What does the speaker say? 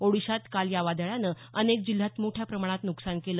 ओडिशात काल या वादळानं अनेक जिल्ह्यात मोठ्या प्रमाणात नुकसान केलं